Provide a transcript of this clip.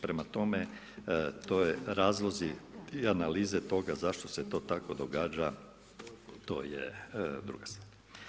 Prema tome, razlozi i analize toga zašto se to tako događa to je druga stvar.